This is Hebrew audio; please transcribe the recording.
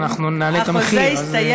הסתיים, אנחנו נעלה את המחיר, תודה.